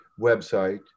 website